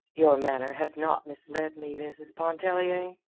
your manner has not misled me, mrs. pontellier,